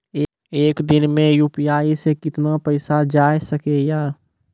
एक दिन मे यु.पी.आई से कितना पैसा जाय सके या?